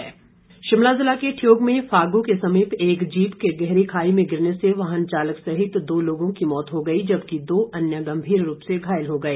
दुर्घटना शिमला ज़िला के ठियोग में फागू के समीप एक जीप के गहरी खाई में गिरने से वाहन चालक सहित दो लोगों की मौत हो गई जबकि दो अन्य गंभीर रूप से घायल हो गए